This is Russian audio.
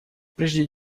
прежде